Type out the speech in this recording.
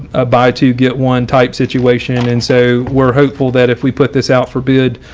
a buy to get one type situation and so we're hopeful that if we put this out for bid,